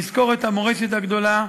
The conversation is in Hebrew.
נזכור את המורשת הגדולה.